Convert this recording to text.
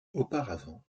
auparavant